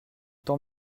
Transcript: tant